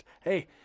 Hey